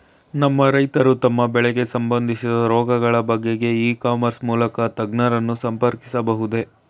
ನಮ್ಮ ರೈತರು ತಮ್ಮ ಬೆಳೆಗೆ ಸಂಬಂದಿಸಿದ ರೋಗಗಳ ಬಗೆಗೆ ಇ ಕಾಮರ್ಸ್ ಮೂಲಕ ತಜ್ಞರನ್ನು ಸಂಪರ್ಕಿಸಬಹುದೇ?